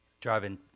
driving